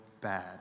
bad